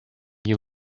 you